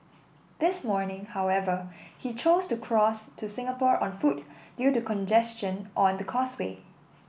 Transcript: this morning however he chose to cross to Singapore on foot due to congestion on the causeway